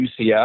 UCF